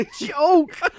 joke